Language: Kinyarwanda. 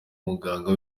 muganga